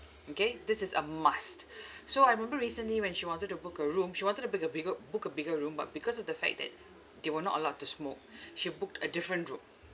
okay this is a must so I remember recently when she wanted to book a room she wanted to book a bigger book a bigger room but because of the fact that they were not allowed to smoke she booked a different room